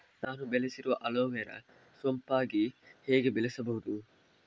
ನಾನು ಬೆಳೆಸಿರುವ ಅಲೋವೆರಾ ಸೋಂಪಾಗಿ ಹೇಗೆ ಬೆಳೆಸಬಹುದು?